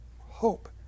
hope